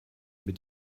mit